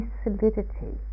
solidity